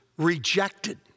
rejected